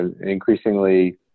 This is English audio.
increasingly